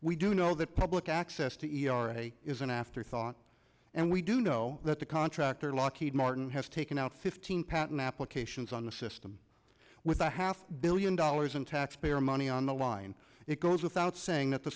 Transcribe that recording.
we do know that public access to the is an afterthought and we do know that the contractor lockheed martin has taken out fifteen patent applications on the system with a half billion dollars in taxpayer money on the line it goes without saying that the